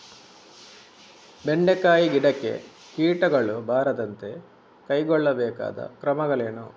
ಬೆಂಡೆಕಾಯಿ ಗಿಡಕ್ಕೆ ಕೀಟಗಳು ಬಾರದಂತೆ ಕೈಗೊಳ್ಳಬೇಕಾದ ಕ್ರಮಗಳೇನು?